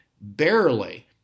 barely